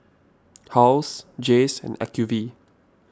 Halls Jays and Acuvue